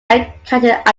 encountered